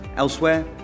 Elsewhere